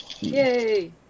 Yay